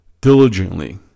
diligently